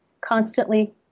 constantly